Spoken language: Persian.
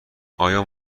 آیا